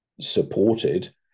supported